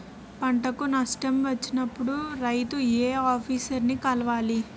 పంటకు నష్టం వచ్చినప్పుడు రైతు ఏ ఆఫీసర్ ని కలవాలి?